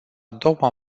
doua